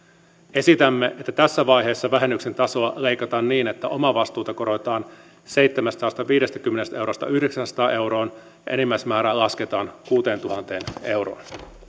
esitämme että tässä vaiheessa vähennyksen tasoa leikataan niin että omavastuuta korotetaan seitsemästäsadastaviidestäkymmenestä eurosta yhdeksäänsataan euroon ja enimmäismäärää lasketaan kuuteentuhanteen euroon